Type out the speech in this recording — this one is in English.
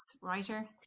writer